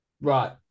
Right